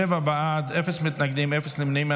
שבעה בעד, אפס מתנגדים, אפס נמנעים.